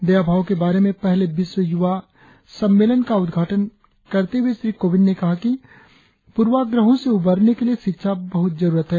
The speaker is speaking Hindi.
दया भाव के बारे में पहले विश्व युवा मा सम्मेलन का उद्घाटन करते हुए श्री कोविंद ने कहा कि पूर्वाग्रहों से उबरने के लिए शिक्षा बहुत जरुरत है